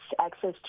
access